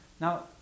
Now